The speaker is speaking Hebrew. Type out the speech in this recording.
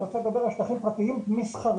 אני רוצה לדבר על שטחים פרטיים מסחריים,